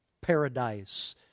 paradise